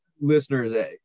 listeners